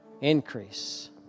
Increase